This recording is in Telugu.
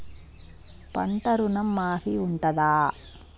పంట ఋణం మాఫీ ఉంటదా?